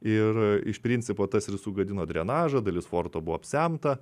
ir iš principo tas ir sugadino drenažą dalis forto buvo apsemta